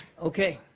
okay,